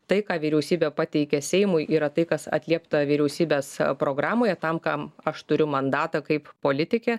tai ką vyriausybė pateikė seimui yra tai kas atliepta vyriausybės programoje tam kam aš turiu mandatą kaip politikė